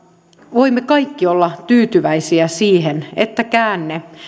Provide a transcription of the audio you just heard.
voimme kaikki olla tyytyväisiä siihen että käänne